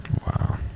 Wow